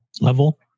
level